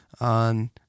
on